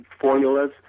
formulas